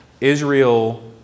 Israel